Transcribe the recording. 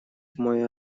мой